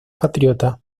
patriota